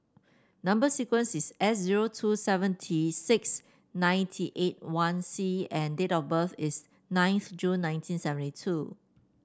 number sequence is S zero two seventy six ninety eight one C and date of birth is ninth June nineteen seventy two